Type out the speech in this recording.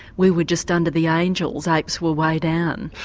we were just under the angels, apes were way down?